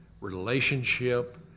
relationship